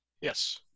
yes